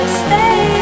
stay